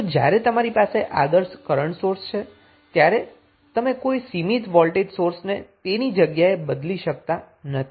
તો જ્યારે તમારી પાસે આદર્શ કરન્ટ સોર્સ છે ત્યારે તમે કોઈ સિમિત વોલ્ટેજ સોર્સને તેની જગ્યાએ બદલી શકતા નથી